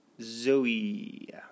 Zoe